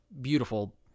beautiful